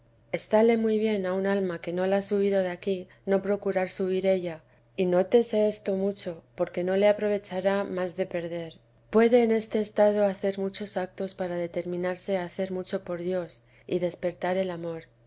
estále muy bien a un alma que no la ha subido de aquí no procurar subir ella y nótese esto mucho porque no le aprovechará más de perder puede en este estado hacer muchos actos para determinarse a hacer mucho por dios y despertar el amor